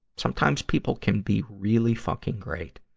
sometimes people can be really fucking great.